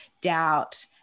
doubt